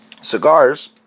cigars